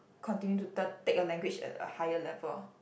continue to turn take a language at a higher level